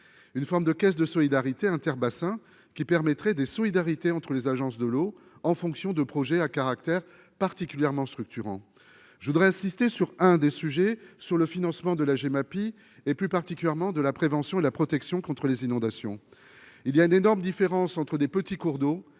une forme de caisse de solidarité interbassins qui permettrait de solidarité entre les agences de l'eau en fonction de projets à caractère particulièrement structurants, je voudrais insister sur un des sujets sur le financement de la Gemapi, et plus particulièrement de la prévention et la protection contre les inondations, il y a une énorme différence entre des petits cours d'eau